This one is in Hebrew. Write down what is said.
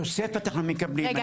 תוספת אחת מקבלים --- סליחה,